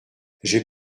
j’ai